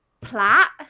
plat